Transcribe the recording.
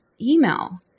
email